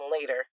later